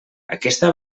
aquesta